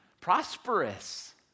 prosperous